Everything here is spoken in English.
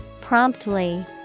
Promptly